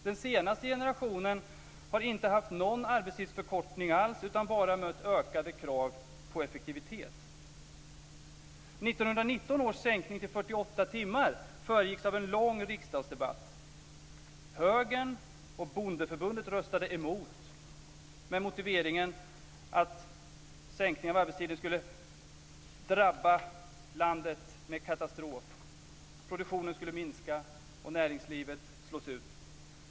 Den senaste generationen har inte haft någon arbetstidsförkortning alls utan bara mött ökade krav på effektivitet. 1919 års sänkning till 48 timmar föregicks av en lång riksdagsdebatt. Högern och Bondeförbundet röstade emot med motiveringen att en sänkning av arbetstiden skulle drabba landet med katastrof. Produktionen skulle minska och näringslivet slås ut.